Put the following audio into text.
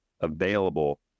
available